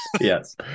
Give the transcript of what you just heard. Yes